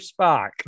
Spock